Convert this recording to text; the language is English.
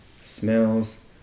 smells